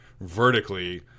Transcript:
vertically